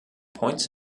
points